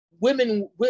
women